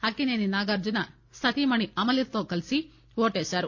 అక్కినేని నాగార్లున సతీమణి అమలతో కలిసి ఓటేశారు